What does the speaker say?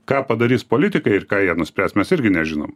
ką padarys politikai ir ką jie nuspręs mes irgi nežinom